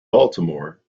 baltimore